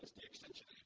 the api